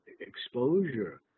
exposure